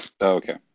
Okay